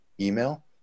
email